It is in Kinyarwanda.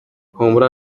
humura